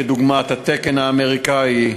דוגמת התקן האמריקני,